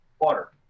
water